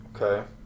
Okay